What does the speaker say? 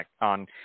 on